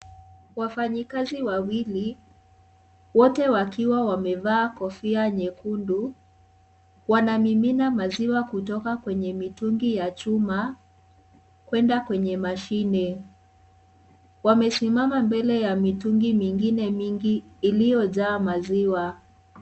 Wafanyikazi wawili wote wakiwa wamevaa kofia nyekundu wanamimina maziwa kutoka kwenye mitungi ya chuma kwenda kwenye mashine. Wamesimama mbele ya mitungi mingine mingi iliyojaa maziwa .